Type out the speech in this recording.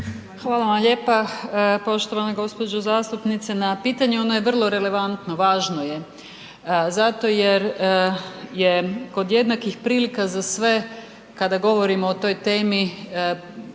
Hvala vam lijepa poštovana gospođo zastupnice na pitanju, ono je vrlo relevantno, važno je zato jer je kod jednakih prilika za sve kada govorimo o toj temi,